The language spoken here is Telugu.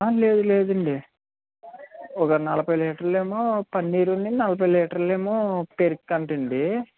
లేదు లేదు అండి ఒక నలభై లీటర్ లు ఏమో పన్నీరుని నలభై లీటర్ లు ఏమో పెరుగుకి అంట అండీ